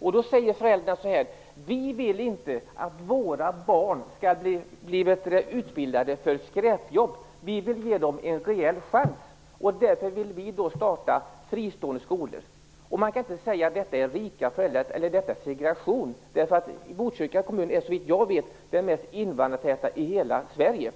Men föräldrarna vill inte att deras barn skall bli utbildade för skräpjobb, utan de vill ge barnen en rejäl chans. Därför vill de starta fristående skolor. Detta kan inte kallas för segregation, eftersom Botkyrka kommun är - såvitt jag vet - den mest invandrartäta kommunen i hela Sverige.